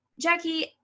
Jackie